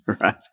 right